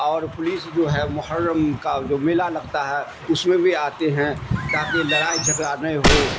اور پولیس جو ہے محرم کا جو میلا لگتا ہے اس میں بھی آتے ہیں تاکہ لڑائی جھگڑا نہیں ہو